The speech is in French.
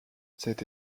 cette